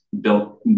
built